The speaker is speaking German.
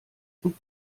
und